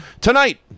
Tonight